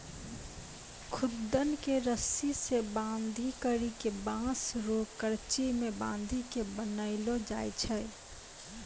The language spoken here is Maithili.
खुद्दन के रस्सी से बांधी करी के बांस रो करची मे बांधी के बनैलो जाय छै